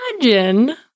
imagine